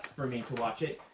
for me to watch it.